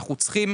אנחנו צריכים